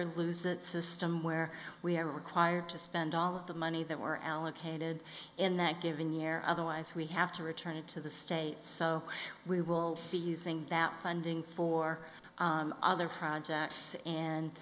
or lose it system where we are required to spend all of the money that were allocated in that given year otherwise we have to return it to the state so we will be using that funding for other projects and